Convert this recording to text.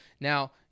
Now